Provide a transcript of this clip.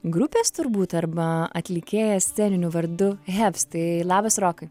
grupės turbūt arba atlikėjas sceniniu vardu heavs tai labas rokai